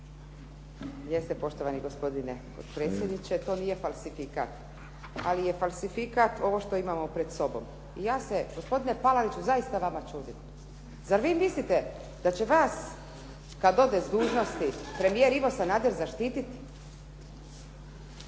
Jeste poštovani gospodine potpredsjedniče. To nije falsifikat, ali je falsifikat ovo što imamo pred sobom. I ja se gospodine Palariću zaista vama čudim. Zar vi mislite da će vas kad ode s dužnosti premijer Ivo Sanader zaštititi?